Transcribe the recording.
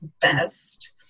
best